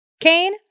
Cain